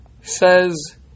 says